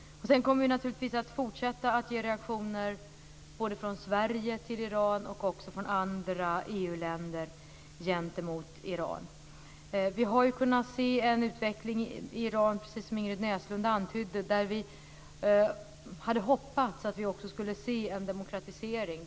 Sedan kommer vi naturligtvis att fortsätta att ge reaktioner till Iran både från Sverige och andra EU länder. Vi har ju kunnat se en utveckling i Iran, precis som Ingrid Näslund antydde, där vi hade hoppats att vi också skulle se en demokratisering.